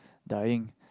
dying